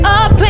up